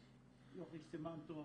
ליוכי סימן טוב.